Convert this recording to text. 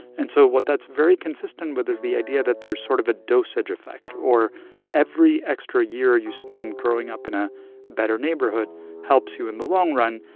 and so what that's very consistent with is the idea that there's sort of a dosage effect. or every extra year you spend growing up in a better neighborhood helps you in the long run.